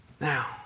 Now